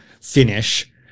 finish